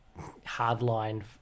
hardline